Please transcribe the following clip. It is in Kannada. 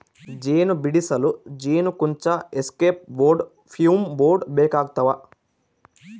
ಜೇನು ಬಿಡಿಸಲು ಜೇನುಕುಂಚ ಎಸ್ಕೇಪ್ ಬೋರ್ಡ್ ಫ್ಯೂಮ್ ಬೋರ್ಡ್ ಬೇಕಾಗ್ತವ